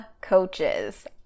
coaches